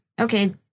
okay